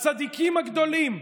הצדיקים הגדולים.